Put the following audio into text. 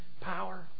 power